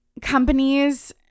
companies